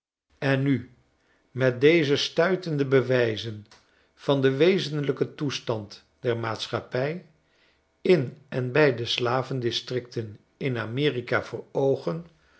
en nu met deze stuitende bewijzen van den wezenlijken toestand der maatschappij in en bij de slavendistricten in amerika voor oogen